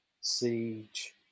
Siege